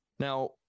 Now